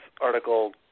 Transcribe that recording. article